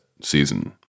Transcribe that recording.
season